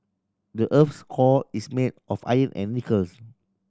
the earth's core is made of iron and nickels